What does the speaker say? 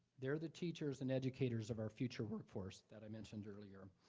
they're the teachers and educators of our future workforce that i mentioned earlier.